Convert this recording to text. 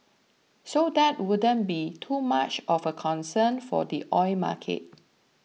so that wouldn't be too much of a concern for the oil market